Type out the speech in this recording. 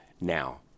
now